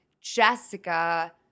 Jessica